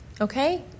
Okay